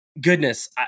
goodness